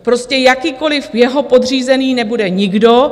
Prostě jakýkoliv jeho podřízený nebude nikdo.